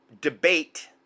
debate